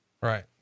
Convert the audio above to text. Right